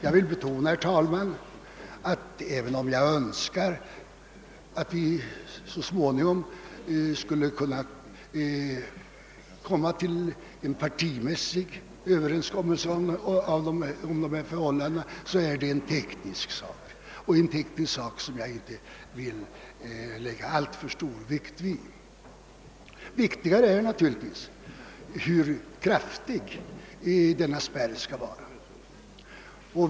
Jag vill betona, herr talman, att även om jag önskar att vi så småningom skall kunna träffa en partimässig överenskommelse om dessa förhållanden, så är detta ändå en teknisk sak och en teknisk sak som jag inte vill lägga alltför stor vikt vid. Viktigare är naturligtvis hur kraftig spärren bör vara.